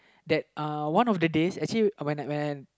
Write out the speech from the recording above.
that uh one of the days actually when I when